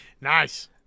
Nice